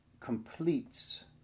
completes